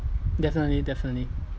definitely definitely